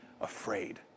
afraid